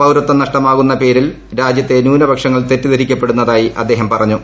പൌരത്വം നഷ്ടമാകുമെന്ന പേരിൽ രാജ്യത്തെ ന്യൂനപക്ഷങ്ങൾ തെറ്റിദ്ധരിക്കപ്പെടുന്നതായ്ക്കും അദ്ദേഹം പറഞ്ഞു